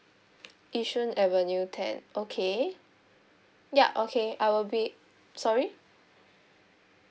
yishun avenue ten okay yup okay I will be sorry